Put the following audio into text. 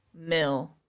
Mill